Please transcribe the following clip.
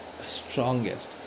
strongest